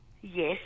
Yes